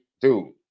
dude